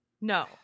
No